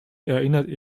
erinnerte